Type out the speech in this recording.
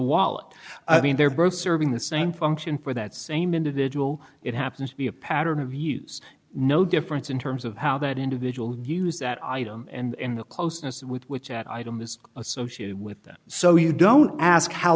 wallet i mean they're both serving the same function for that same individual it happens to be a pattern of use no difference in terms of how that individual use that item and the closeness with which at item is associated with that so you don't ask how